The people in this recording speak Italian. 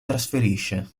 trasferisce